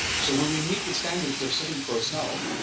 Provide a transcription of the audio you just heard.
so when we meet the standards they're setting for us now,